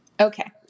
Okay